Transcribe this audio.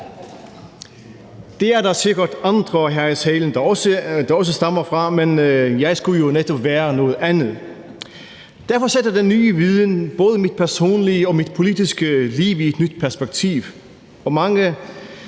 Ham er der sikkert andre her i salen der også stammer fra, men jeg skulle jo netop være noget andet. Derfor sætter den nye viden både mit personlige og mit politiske liv i et nyt perspektiv, og de mange